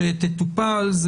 שתטופל.